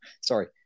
Sorry